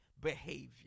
behavior